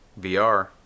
VR